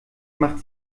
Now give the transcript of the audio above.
macht